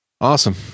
Awesome